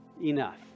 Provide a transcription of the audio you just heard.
Enough